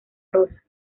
rosa